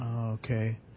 Okay